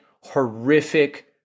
horrific